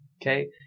okay